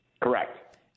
Correct